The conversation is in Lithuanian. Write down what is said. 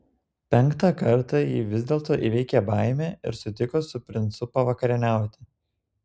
penktą kartą ji vis dėlto įveikė baimę ir sutiko su princu pavakarieniauti